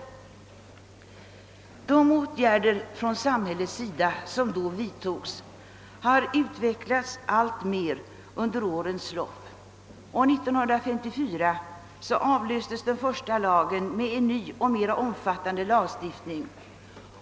De åtgärder från samhällets sida som då vidtogs har utvidgats alltmer under årens lopp. År 1954 avlöstes den första lagen av en ny och mer omfattande lagstiftning.